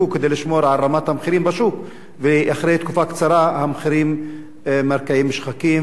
ואחרי תקופה קצרה המחירים מרקיעים שחקים והצרכנים משלמים מחירים גבוהים.